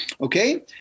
Okay